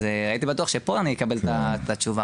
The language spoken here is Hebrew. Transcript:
אז הייתי בטוח שפה אני אקבל את התשובה,